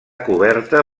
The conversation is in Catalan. coberta